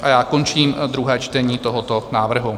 A já končím druhé čtení tohoto návrhu.